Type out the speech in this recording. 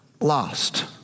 lost